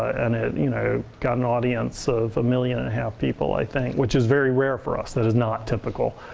and it you know got an audience of a million and a half people, i think. which is very rare for us. that is not typical.